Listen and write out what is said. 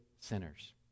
sinners